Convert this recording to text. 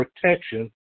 protection